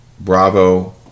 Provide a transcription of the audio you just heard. Bravo